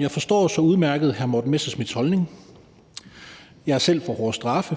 jeg forstår så udmærket hr. Morten Messerschmidts holdning. Jeg er selv for hårde straffe,